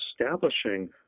establishing